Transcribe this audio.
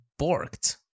borked